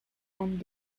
and